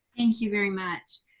thank you very much.